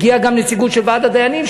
הגיעה גם נציגות של ועד הדיינים,